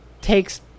takes